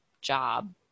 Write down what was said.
job